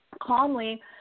calmly